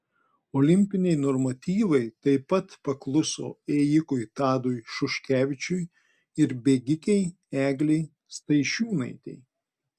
olimpiniai normatyvai taip pat pakluso ėjikui tadui šuškevičiui ir bėgikei eglei staišiūnaitei